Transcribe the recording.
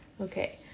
Okay